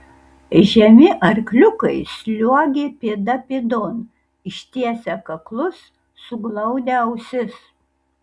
žemi arkliukai sliuogė pėda pėdon ištiesę kaklus suglaudę ausis